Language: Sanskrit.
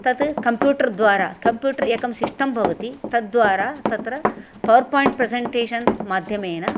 तत् कम्प्यूटर् द्वारा कम्प्यूटर् एकं सिस्टं भवति तद्वारा तत्र पवर्पायिण्ट् माध्यमेन